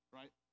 right